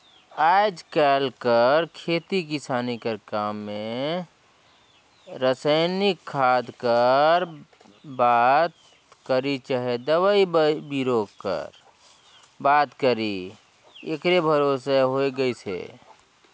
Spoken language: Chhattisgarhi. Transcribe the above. आएज काएल कर खेती किसानी कर काम में रसइनिक खाद कर बात करी चहे दवई बीरो कर बात करी एकरे भरोसे होए गइस अहे